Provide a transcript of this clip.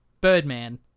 Birdman